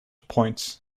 point